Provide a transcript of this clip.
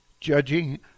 judging